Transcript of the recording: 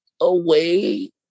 away